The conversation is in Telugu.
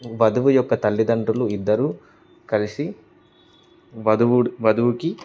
వధవు యొక్క తల్లిదండ్రులు ఇద్దరూ కలిసి వధవుడు వధువుకి